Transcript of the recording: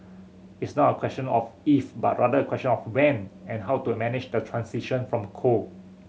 it's not a question of if but rather a question of when and how to a manage the transition from coal